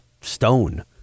stone